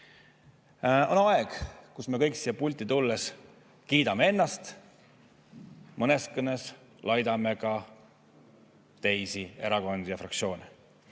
On aeg, kus me kõik siia pulti tulles kiidame ennast ning mõnes kõnes ka laidame teisi erakondi ja fraktsioone.